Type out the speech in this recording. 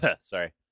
sorry